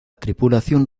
tripulación